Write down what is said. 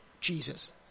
Jesus